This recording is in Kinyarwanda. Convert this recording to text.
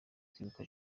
kwibuka